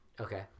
Okay